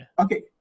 okay